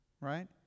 right